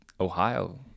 Ohio